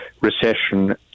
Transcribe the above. recession